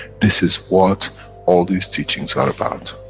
this is what all these teachings are about.